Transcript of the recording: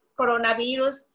coronavirus